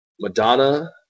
Madonna